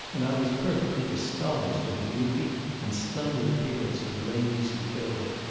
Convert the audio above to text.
and i was perfectly astonished at the beauty and splendid appearance of the ladies who filled it.